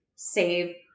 save